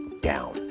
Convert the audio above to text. down